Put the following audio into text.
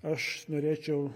aš norėčiau